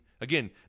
again